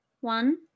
One